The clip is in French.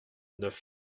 neuf